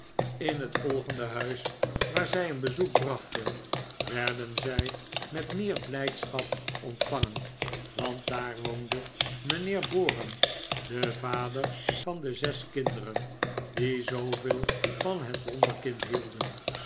in het volgende huis waar zij een bezoek brachten werden zij met meer blfjdschap ontvangen want daar woonde mijnheer borum de vader van de zes kinderen die zooveel van het wonderkind hielden